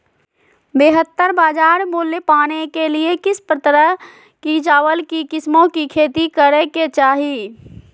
बेहतर बाजार मूल्य पाने के लिए किस तरह की चावल की किस्मों की खेती करे के चाहि?